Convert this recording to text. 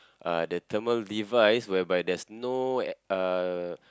uh the thermal device whereby there's no air uh